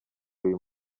uyu